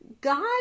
God